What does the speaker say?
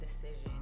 decision